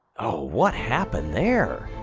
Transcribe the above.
oh, what happened there?